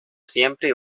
siempre